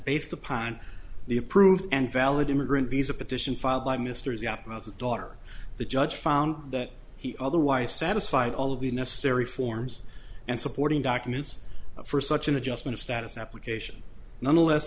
based upon the approved and valid immigrant visa petition filed by mr zappa not the daughter the judge found that he otherwise satisfied all of the necessary forms and supporting documents for such an adjustment of status application nonetheless